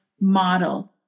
model